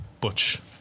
butch